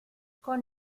con